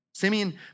Simeon